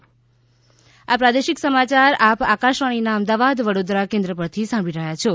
corona સંદેશ આ પ્રાદેશિક સમાચાર આપ આકાશવાણીના અમદાવાદ વડોદરા કેન્દ્ર પરથી સાંભળી રહ્યા છો